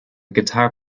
guitar